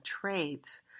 traits